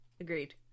Agreed